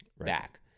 back